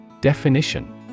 Definition